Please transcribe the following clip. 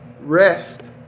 rest